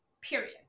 period